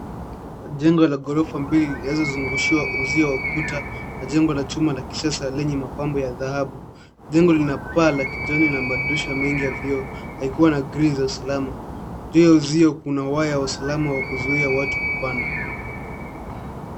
Jengo la ghorofa mbili zinazozungushiwa uzio wa ukuta na jengo la chuma la kisasa lenye mapambo ya dhahabu jengo lina paa la kijani na madirisha mengi ya vioo na ikiwa na grill za usalama juu ya uzio kuna waya wa usalama wa kuzuia watukupanda